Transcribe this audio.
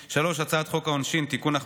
3. הצעת חוק העונשין (תיקון,